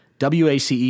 WACE